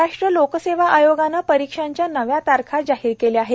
महाराष्ट्र लोकसेवा आयोगानं परीक्षांच्या नव्या तारखा जाहीर केल्या आहेत